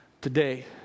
today